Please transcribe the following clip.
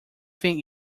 think